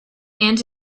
and